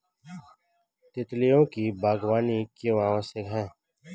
तितलियों की बागवानी क्यों आवश्यक है?